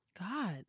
god